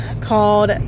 called